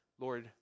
Lord